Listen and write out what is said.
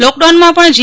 લૉકડાઉનમાં પણ જી